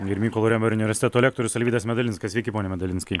ir mykolo romerio universiteto lektorius alvydas medalinskas sveiki pone medalinskai